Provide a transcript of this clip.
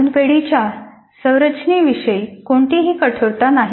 साधन पेढीेच्या संरचनेविषयी कोणतीही कठोरता नाही